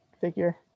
figure